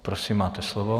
Prosím, máte slovo.